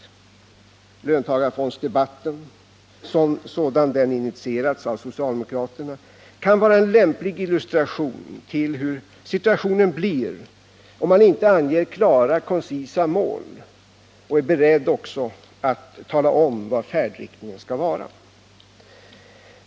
Löntagarfondsdebatten, sådan den initierades av socialdemokraterna, kan vara en lämplig illustration till hur situationen blir, om man inte anger klara, koncisa mål och också är beredd att tala om vilken färdriktning man skall ha.